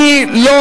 הוא אמר דברי טעם.